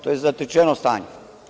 To je zatečeno stanje.